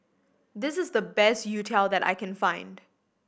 this is the best youtiao that I can find